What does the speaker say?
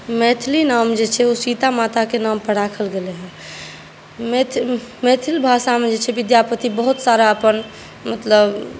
मैथिली नाम जे छै ओ सीता माताके नाम पर राखल गेलै हँ मैथिल भाषामे जे छै विद्यापति बहुत सारा अपन मतलब